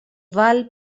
val